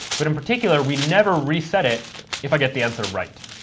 but in particular, we never reset it if i get the answer right,